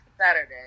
Saturday